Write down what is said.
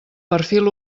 perfil